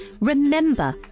Remember